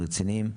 רציניים,